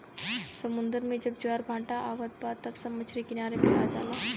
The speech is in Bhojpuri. समुंदर में जब ज्वार भाटा आवत बा त सब मछरी किनारे पे आ जाला